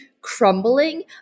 crumbling